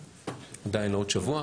עדיין לא, עוד שבוע.